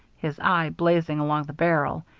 his eye blazing along the barrel,